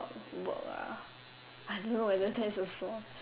work ah I don't know I just also